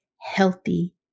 healthy